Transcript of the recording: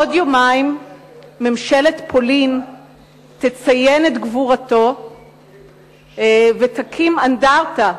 בעוד יומיים ממשלת פולין תצטיין את גבורתו ותקים אנדרטה,